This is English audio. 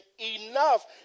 enough